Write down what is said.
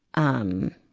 um,